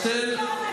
על שלטון,